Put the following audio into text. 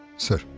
sir